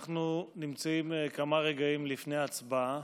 אנחנו נמצאים כמה רגעים לפני ההצבעה